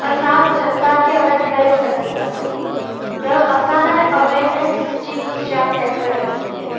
असां जनता खे अवेयर करे सघंदासीं त असां लाइ अवेयरनेस जी न्यूज़ जाम महत्व रखंदी आहे